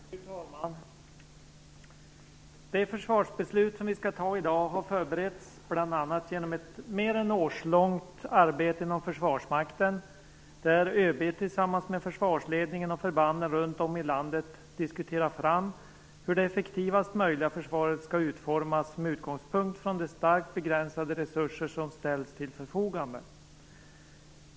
Fru talman! Det försvarsbeslut som vi skall fatta i dag har förberetts bl.a. genom ett mer än årslångt arbete inom Försvarsmakten, där ÖB tillsammans med försvarsledningen och förbanden runt om i landet diskuterat fram hur det effektivast möjliga försvaret skall utformas med utgångspunkt från de starkt begränsade resurser som ställs till förfogande.